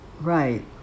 Right